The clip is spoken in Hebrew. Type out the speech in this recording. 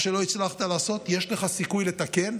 מה שלא הצלחת לעשות, יש לך סיכוי לתקן.